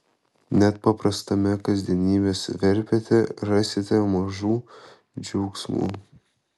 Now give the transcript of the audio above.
net paprastame kasdienybės verpete rasite mažų džiaugsmų